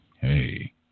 Hey